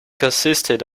consisted